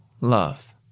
love